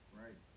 right